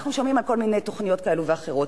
אנחנו שומעים על כל מיני תוכניות כאלו ואחרות.